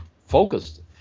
focused